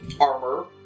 armor